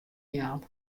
jaan